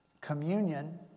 Communion